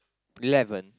eleven